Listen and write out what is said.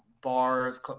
Bars